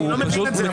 אני לא מבין את זה.